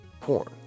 porn